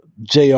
JR